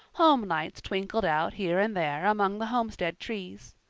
home lights twinkled out here and there among the homestead trees.